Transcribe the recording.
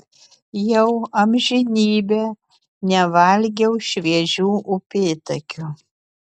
jau amžinybę nevalgiau šviežių upėtakių